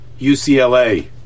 UCLA